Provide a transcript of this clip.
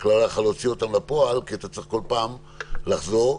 אבל לא יכלה להוציא אותן לפועל כי צריך כל פעם לחזור לוועדה.